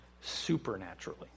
supernaturally